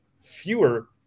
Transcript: fewer